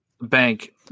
Bank